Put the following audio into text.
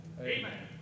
Amen